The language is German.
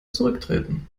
zurücktreten